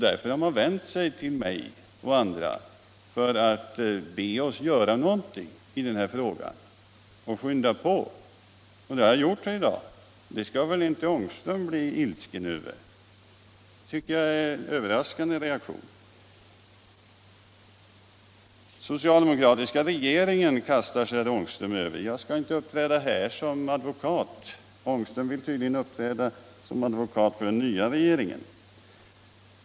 Därför har man vänt sig till mig och andra för att be oss I skynda på en lösning av denna fråga. Det har jag gjort i dag. Det skall Om sysselsättningsväl inte herr Ångström bli ilsken över? Det tycker jag är en överraskande problemen i reaktion. Adakområdet Herr Ångström kastade sig över den socialdemokratiska regeringen. Jag skall inte uppträda som advokat för den — herr Ångström vill för sin del tydligen uppträda som advokat för den nya regeringen.